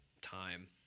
time